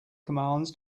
commands